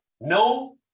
no